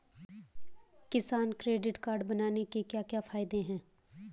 किसान credit card बनाने के क्या क्या फायदे हैं?